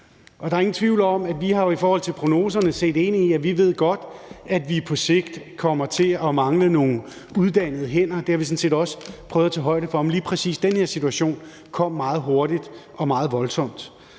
Der er ingen tvivl om, at vi jo i forhold til prognoserne har set ind i, at vi godt ved, at vi på sigt kommer til at mangle hænder og især uddannet arbejdskraft – det har vi sådan set også prøvet at tage højde for. Men lige præcis den her situation kom meget hurtigt og meget voldsomt.